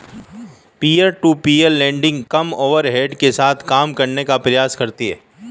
peer to peer lending कम overhead के साथ काम करने का प्रयास करती हैं